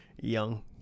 Young